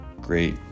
great